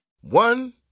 One